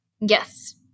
Yes